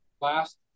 last